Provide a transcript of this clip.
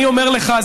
אני אומר לך,